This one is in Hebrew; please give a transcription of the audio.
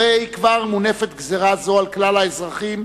הרי כבר מונפת גזירה זו על כלל האזרחים,